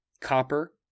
copper